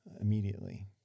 immediately